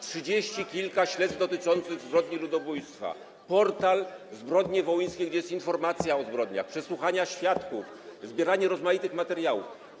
Trzydzieści kilka śledztw dotyczących zbrodni ludobójstwa, portal www.zbrodniawolynska.pl, gdzie jest informacja o zbrodniach, przesłuchania świadków, zbieranie rozmaitych materiałów.